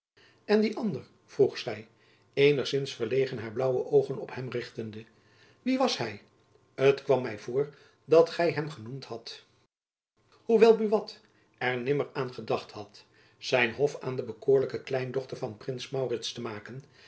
en die ander vroeg zy eenigzins verlegen haar blaauwe oogen op hem richtende wie was hy t kwam my voor dat gy hem genoemd hadt hoewel buat er nimmer aan gedacht had zijn hof aan de bekoorlijke kleindochter van prins maurits te maken